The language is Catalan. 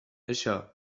això